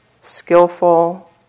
skillful